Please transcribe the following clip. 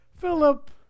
Philip